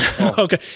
Okay